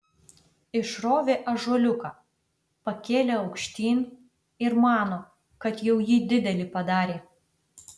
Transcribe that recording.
išrovė ąžuoliuką pakėlė aukštyn ir mano kad jau jį didelį padarė